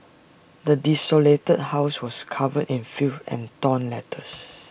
the desolated house was covered in filth and torn letters